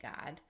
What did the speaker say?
God